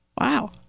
Wow